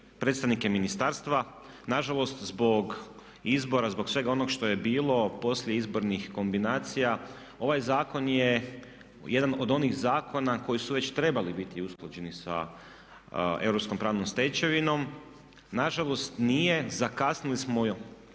predstavnike ministarstva nažalost zbog izbora, zbog svega onog što je bilo poslije izbornih kombinacija. Ovaj zakon je jedan od onih zakona koji su već trebali biti usklađeni sa europskom pravnom stečevinom. Nažalost nije, zakasnili smo,